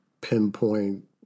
pinpoint